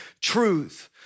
truth